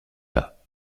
bas